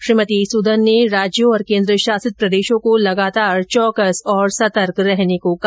श्रीमती सूदन ने राज्यों और केंद्रशासित प्रदेशों को लगातार चौकस और सतर्क रहने को कहा